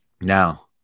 Now